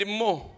more